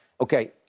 Okay